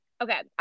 Okay